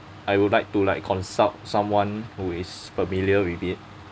I would like to like consult someone who is familiar with it